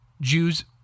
Jews